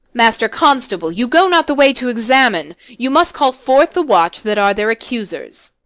master constable, you go not the way to examine you must call forth the watch that are their accusers.